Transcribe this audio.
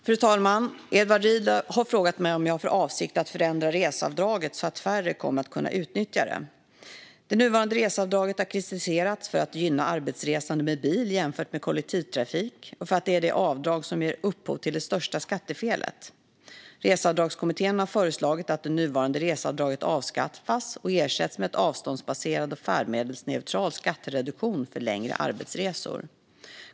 Fru talman! Edward Riedl har frågat mig om jag har för avsikt att förändra reseavdraget så att färre kommer att kunna utnyttja det. Det nuvarande reseavdraget har kritiserats för att gynna arbetsresande med bil jämfört med kollektivtrafik och för att det är det avdrag som ger upphov till det största skattefelet. Reseavdragskommittén har föreslagit att det nuvarande reseavdraget avskaffas och ersätts med en avståndsbaserad och färdmedelsneutral skattereduktion för längre arbetsresor.